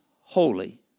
holy